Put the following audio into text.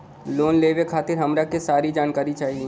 Loan लेवे खातीर हमरा के सारी जानकारी चाही?